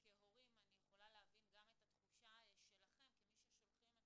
אני יכולה להבין את התחושה שלכם כמי ששולחים את